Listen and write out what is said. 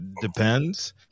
depends